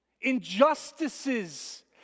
Injustices